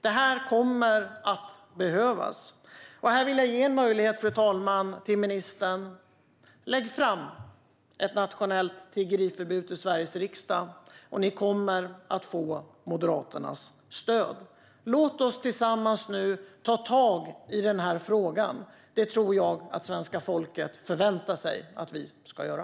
Det här kommer att behövas, och här vill jag ge en möjlighet till ministern, fru talman: Lägg fram ett nationellt tiggeriförbud för Sveriges riksdag, och ni kommer att få Moderaternas stöd. Låt oss tillsammans ta tag i den här frågan! Det tror jag att svenska folket förväntar sig att vi ska göra.